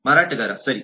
ಮಾರಾಟಗಾರ ಸರಿ